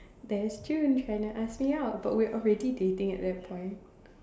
there is Ju-Ren trying to ask me out but we are already dating at that point